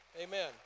Amen